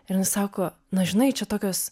ir jin sako na žinai čia tokios